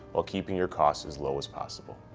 while keeping your costs as low as possible.